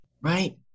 Right